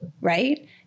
right